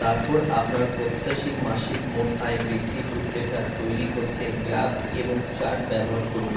তারপর আপনার প্রত্যাশিত মাসিক মোট আয় বৃদ্ধির রূপরেখা তৈরি করতে গ্রাফ এবং চার্ট ব্যবহার করুন